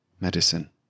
medicine